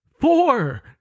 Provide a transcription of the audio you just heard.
Four